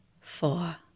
four